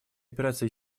операции